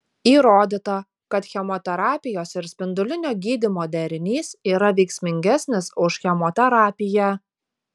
įrodyta kad chemoterapijos ir spindulinio gydymo derinys yra veiksmingesnis už chemoterapiją